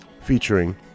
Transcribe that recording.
featuring